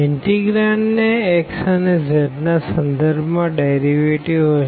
integrand ને x અને z ના સંદર્ભ માં ડેરીવેટીવ હશે